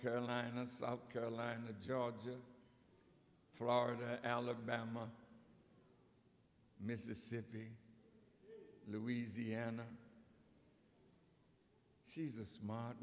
carolina south carolina georgia florida alabama mississippi louisiana she's a smart